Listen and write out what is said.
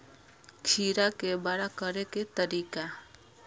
खीरा के बड़ा करे के तरीका?